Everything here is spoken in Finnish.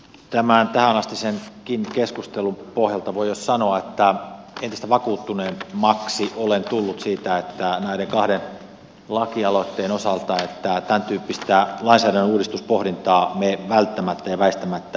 tämän tähänastisenkin keskustelun pohjalta voi jo sanoa että entistä vakuuttuneemmaksi olen tullut siitä näiden kahden lakialoitteen osalta että tämäntyyppistä lainsäädännön uudistuspohdintaa me välttämättä ja väistämättä tarvitsemme